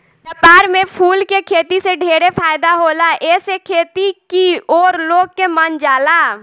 व्यापार में फूल के खेती से ढेरे फायदा होला एसे खेती की ओर लोग के मन जाला